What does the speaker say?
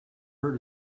heard